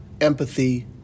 empathy